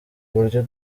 uburyo